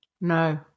no